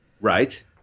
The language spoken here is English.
right